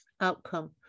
outcome